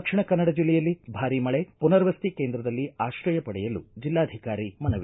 ದಕ್ಷಿಣ ಕನ್ನಡ ಜಿಲ್ಲೆಯಲ್ಲಿ ಭಾರಿ ಮಳೆ ಮನರ್ವಸತಿ ಕೇಂದ್ರದಲ್ಲಿ ಆಶ್ರಯ ಪಡೆಯಲು ಜಿಲ್ಲಾಧಿಕಾರಿ ಮನವಿ